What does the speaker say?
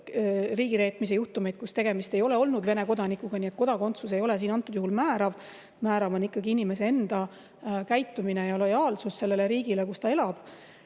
ka riigireetmise juhtumeid, kui tegemist ei olnud Vene kodanikuga, nii et kodakondsus ei ole siin määrav. Määrav on ikkagi inimese enda käitumine ja lojaalsus sellele riigile, kus ta elab.